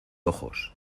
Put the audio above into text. ojos